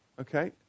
Okay